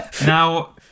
Now